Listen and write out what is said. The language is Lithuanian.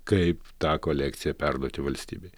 kaip tą kolekciją perduoti valstybei